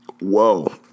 whoa